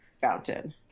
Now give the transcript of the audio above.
fountain